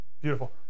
Beautiful